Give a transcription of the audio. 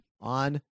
on